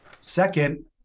Second